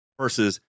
Versus